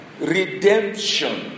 redemption